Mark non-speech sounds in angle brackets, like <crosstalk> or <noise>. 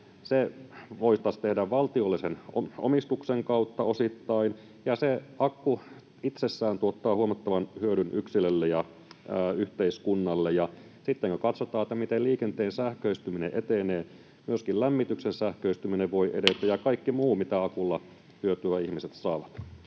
Se voitaisiin tehdä valtiollisen omistuksen kautta osittain, ja se akku itsessään tuottaa huomattavan hyödyn yksilölle ja yhteiskunnalle, ja sitten katsotaan, miten liikenteen sähköistyminen etenee. Myöskin lämmityksen sähköistyminen voi edetä <noise> ja kaikki muu, mitä hyötyä ihmiset akulla